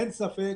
אין ספק,